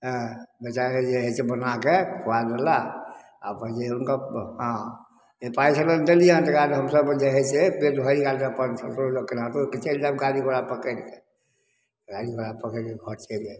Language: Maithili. ऐ बच्चाके जे हइ छै बनाके खुआ देला अपन जे हुनका हँ ई पाइ छलनि देलियनि तकरा बाद हमसभ जे हइ से पेट भरि गेल तऽ अपन ककरो लग केनाहितो कऽ चलि जायब गाड़ी घोड़ा पकड़ि कऽ गाड़ी घोड़ा पकड़ि कऽ घर चलि जायब